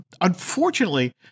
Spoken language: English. unfortunately